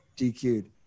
DQ'd